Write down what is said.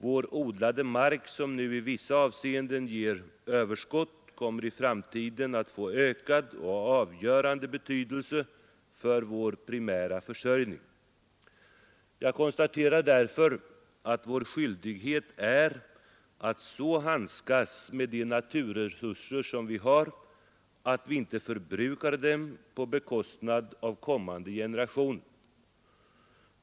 Vår odlade mark, som nu i vissa avseenden ger överskott, kommer i framtiden att få ökad och avgörande betydelse för vår primära försörjning. Jag konstaterar därför att vår skyldighet är att så handskas med de naturresurser som vi har att vi inte förbrukar dem till men för kommande generationer.